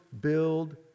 build